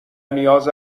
نیاز